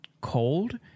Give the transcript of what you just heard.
cold